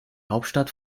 hauptstadt